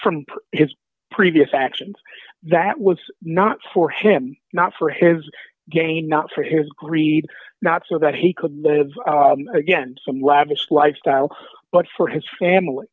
from his previous actions that was not for him not for his gain not for his greed not so that he could live again some lavish lifestyle but for his